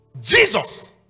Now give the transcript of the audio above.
Jesus